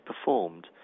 performed